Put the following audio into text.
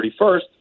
31st